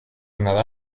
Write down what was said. nadal